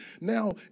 now